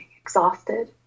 exhausted